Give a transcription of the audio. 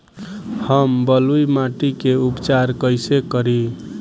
हम बलुइ माटी के उपचार कईसे करि?